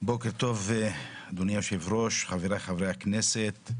בוקר טוב, אדוני היושב-ראש, חבריי חברי הכנסת,